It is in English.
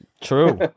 True